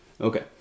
Okay